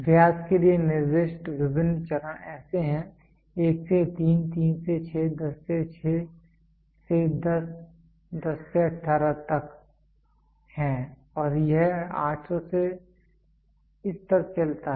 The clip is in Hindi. व्यास के लिए निर्दिष्ट विभिन्न चरण ऐसे हैं 1 से 3 3 से 6 10 से 6 से 10 10 से 18 तक हैं और यह 800 से इस तक चलता है